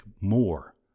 more